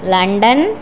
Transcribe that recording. London